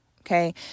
okay